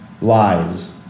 Lives